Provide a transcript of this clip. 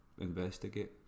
investigate